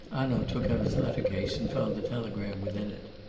hanaud took out his letter-case and found the telegram within it.